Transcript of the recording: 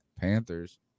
Panthers